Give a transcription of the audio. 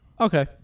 Okay